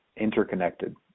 interconnected